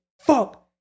fuck